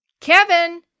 Kevin